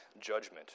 judgment